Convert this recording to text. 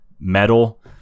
metal